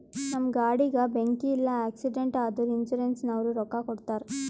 ನಮ್ ಗಾಡಿಗ ಬೆಂಕಿ ಇಲ್ಲ ಆಕ್ಸಿಡೆಂಟ್ ಆದುರ ಇನ್ಸೂರೆನ್ಸನವ್ರು ರೊಕ್ಕಾ ಕೊಡ್ತಾರ್